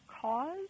cause